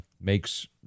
makes